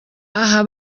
aha